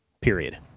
Period